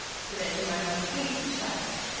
so that you might not meet each other.